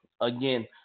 again